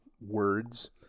words